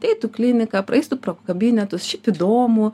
ateitų kliniką praeitų pro kabinetus šiaip įdomu